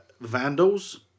Vandals